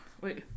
Wait